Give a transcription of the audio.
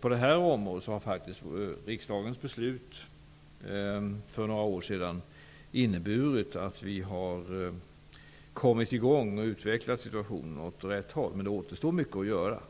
På det här området har faktiskt riksdagens beslut för några år sedan inneburit att vi har kommit i gång och utvecklar situationen åt rätt håll. Men det återstår mycket att göra.